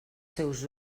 seus